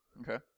Okay